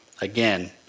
Again